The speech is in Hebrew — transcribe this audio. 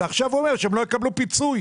ועכשיו הוא אומר שהם לא יקבלו פיצוי.